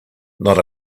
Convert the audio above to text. not